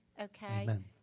okay